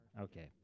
Okay